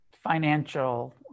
financial